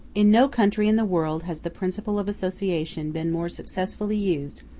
in no country in the world has the principle of association been more successfully used,